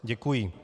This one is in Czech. Děkuji.